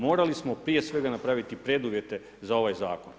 Morali smo prije svega napraviti preduvjete za ovaj zakon.